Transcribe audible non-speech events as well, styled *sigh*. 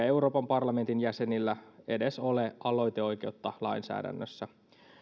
*unintelligible* euroopan parlamentin jäsenillä edes ole aloiteoikeutta lainsäädännössä